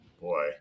Boy